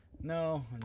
no